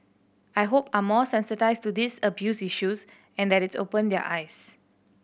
I hope are more sensitised to these abuse issues and that it's opened their eyes